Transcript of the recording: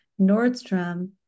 Nordstrom